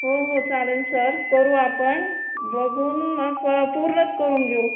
हो हो चालेल सर करू आपण बघून मग पूर्णच करून घेऊ